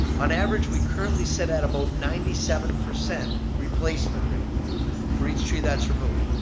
on average we currently sit at about ninety seven percent replacement rate for each tree that's removed.